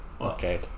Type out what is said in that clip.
Okay